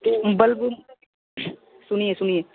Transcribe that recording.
तो बल्ब सुनिए सुनिए